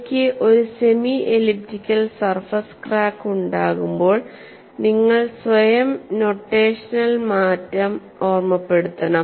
എനിക്ക് ഒരു semi elliptical surface crack ഉണ്ടാകുമ്പോൾ നിങ്ങൾ സ്വയം നൊട്ടേഷണൽ മാറ്റം ഓർമ്മപ്പെടുത്തണം